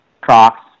Crocs